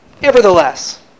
nevertheless